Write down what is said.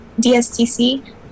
DSTC